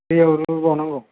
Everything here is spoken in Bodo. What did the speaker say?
दैयाव रुबावनांगौ